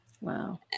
Wow